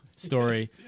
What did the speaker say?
Story